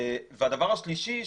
דבר שלישי,